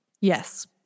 Yes